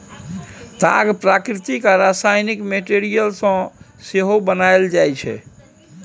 ताग प्राकृतिक आ रासायनिक मैटीरियल सँ सेहो बनाएल जाइ छै